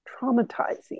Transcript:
traumatizing